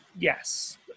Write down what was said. yes